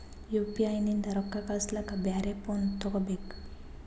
UPI ನಿಂದ ರೊಕ್ಕ ಕಳಸ್ಲಕ ಬ್ಯಾರೆ ಫೋನ ತೋಗೊಬೇಕ?